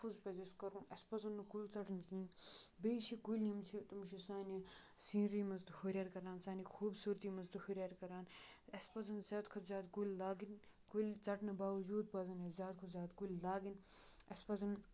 تَحفُظ پَزِ اَسہِ کَرُن اَسہِ پَزَن نہٕ کُلۍ ژَٹٕنۍ کینٛہہ بیٚیہ چھِ کُلۍ یِم چھِ تِم چھِ سانہِ سیٖنری مَنٛز تہِ ہُریٚر کَران سانہِ خوٗبصوٗرتی مَنٛز تہِ ہُریٚر کَران اَسہِ پَزَن زیادٕ کھۄتہٕ زیادٕ کُلۍ لاگٕنۍ کُلۍ ژَٹنہٕ باوَجود پَزَن اَسہِ زیادٕ کھۄتہٕ زیادٕ کُلۍ لاگٕنۍ اَسہِ پَزَن